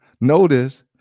notice